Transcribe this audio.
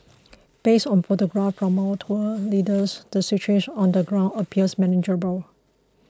based on photographs from our tour leaders the situation on the ground appears manageable